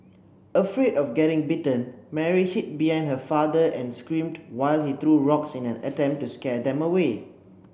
afraid of getting bitten Mary hid behind her father and screamed while he threw rocks in an attempt to scare them away